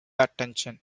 attention